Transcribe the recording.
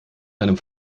deinem